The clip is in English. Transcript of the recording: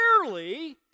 clearly